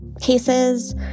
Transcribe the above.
cases